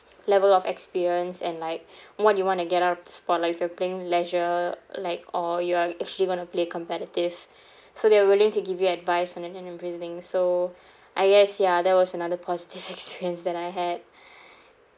level of experience and like what do you want to get out of the sport like if you're playing leisure like or you are actually going to play competitive so they're willing to give you advice on so I guess ya that was another positive experience that I had